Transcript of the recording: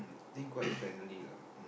think quite friendly lah